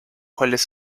cuales